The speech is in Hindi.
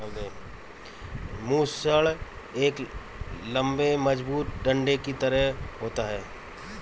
मूसल एक लम्बे मजबूत डंडे की तरह होता है